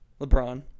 LeBron